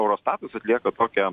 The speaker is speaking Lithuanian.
eurostatas atlieka tokią